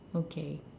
okay